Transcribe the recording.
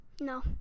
No